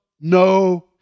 no